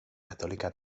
católica